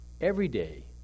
everyday